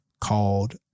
called